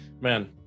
Man